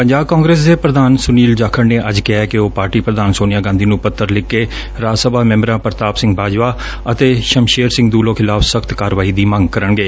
ਪੰਜਾਬ ਕਾਂਗਰਸ ਦੇ ਪ੍ਰਧਾਨ ਸੁਨੀਲ ਜਾਖੜ ਨੇ ਅੱਜ ਕਿਹੈ ਕਿ ਉਹ ਪਾਰਟੀ ਪ੍ਰਧਾਨ ਸੋਨੀਆ ਗਾਂਧੀ ਨੂੰ ਪੱਤਰ ਲਿਖ ਕੇ ਰਾਜ ਸਭਾ ਮੈਬਰਾਂ ਪ੍ਰਤਾਪ ਸਿੰਘ ਬਾਜਵਾ ਅਤੇ ਸ਼ਮਸ਼ੇਰ ਸਿੰਘ ਦੂਲੋ ਖਿਲਾਫ਼ ਸਖ਼ਤ ਕਾਰਵਾਈ ਦੀ ਮੰਗ ਕਰਨਗੇ